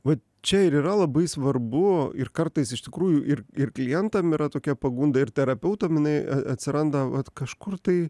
va čia ir yra labai svarbu ir kartais iš tikrųjų ir ir klientam yra tokia pagunda ir terapeutam jinai a atsiranda vat kažkur tai